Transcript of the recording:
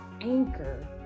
anchor